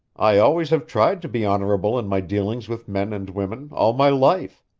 i always have tried to be honorable in my dealings with men and women, all my life.